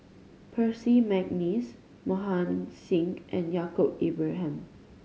Percy McNeice Mohan Singh and Yaacob Ibrahim